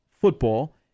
football